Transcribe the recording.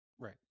Right